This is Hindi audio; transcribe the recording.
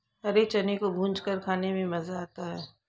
हरे चने को भूंजकर खाने में मज़ा आता है